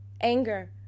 anger